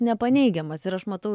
nepaneigiamas ir aš matau